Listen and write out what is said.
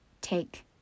take